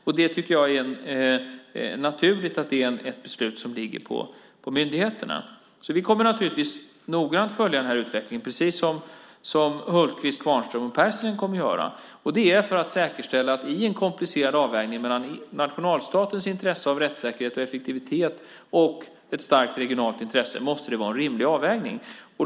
Jag tycker att det är naturligt att det beslutet ligger på myndigheterna. Vi kommer naturligtvis att noga följa utvecklingen precis som Hultqvist, Kvarnström och Pärssinen kommer att göra - detta för att säkerställa att det vid en komplicerad avvägning mellan nationalstatens intresse av rättssäkerhet och effektivitet och ett starkt regionalt intresse är en rimlig avvägning.